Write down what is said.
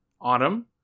autumn